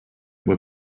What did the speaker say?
were